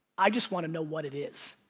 i just want to know what it is.